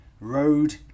Road